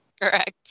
Correct